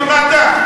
הבטונדה, זה.